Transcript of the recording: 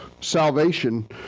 salvation